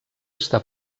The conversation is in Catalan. està